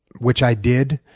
which i did